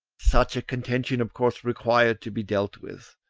such a contention of course required to be dealt with,